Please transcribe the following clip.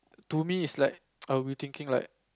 to me it's like I'll be thinking like